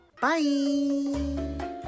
bye